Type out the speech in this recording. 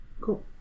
Cool